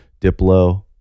Diplo